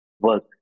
work